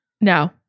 No